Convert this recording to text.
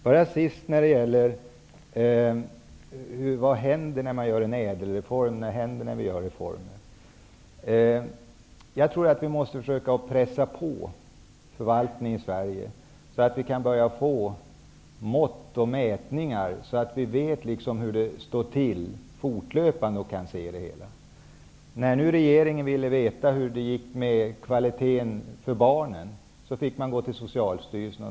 Till sist vill jag tala något om vad som händer till följd av reformer, exempelvis ÄDEL-reformen. Jag tror att vi måste försöka att pressa på när det gäller förvaltning i Sverige; detta för att kunna få fram mått och få i gång mätningar. Vi kan då fortlöpande få en överblick och veta hur tillståndet är. När regeringen ville veta vad som händer med kvaliteten när det gäller barnen var regeringen tvungen att vända sig till Socialstyrelsen.